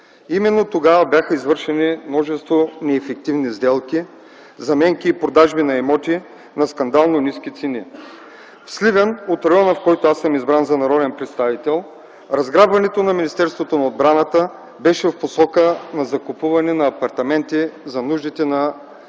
Именно тогава бяха извършени множество неефективни сделки, заменки и продажби на имоти на скандално ниски цени. В Сливен – районът, в който аз съм избран за народен представител, разграбването на Министерството на отбраната беше по посока на закупуване на апартаменти за нуждите на